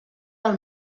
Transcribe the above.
del